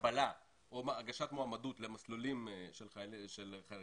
קבלה או הגשת מועמדות למסלולים של חרדים,